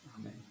Amen